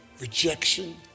rejection